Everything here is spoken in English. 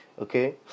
Okay